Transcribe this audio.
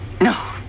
No